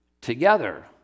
together